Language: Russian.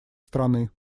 страны